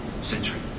century